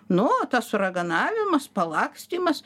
nu o tas raganavimas palakstymas